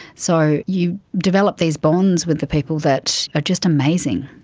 so you develop these bonds with the people that are just amazing.